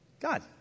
God